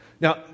Now